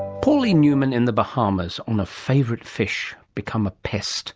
pauline newman in the bahamas, on a favourite fish become a pest